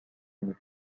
میده